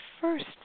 first